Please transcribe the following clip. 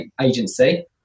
agency